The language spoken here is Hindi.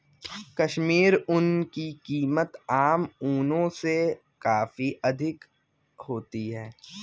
कश्मीरी ऊन की कीमत आम ऊनों से काफी अधिक होती है